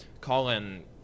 Colin